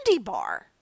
bar